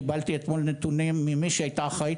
קיבלתי אתמול נתונים ממי שהייתה אחראית